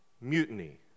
mutiny